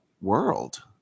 world